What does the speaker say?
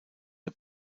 der